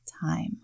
time